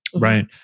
Right